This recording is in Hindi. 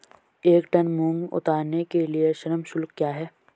एक टन मूंग उतारने के लिए श्रम शुल्क क्या है?